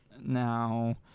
Now